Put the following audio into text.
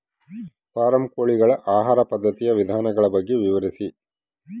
Form ಕೋಳಿಗಳ ಆಹಾರ ಪದ್ಧತಿಯ ವಿಧಾನಗಳ ಬಗ್ಗೆ ವಿವರಿಸಿ?